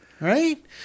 Right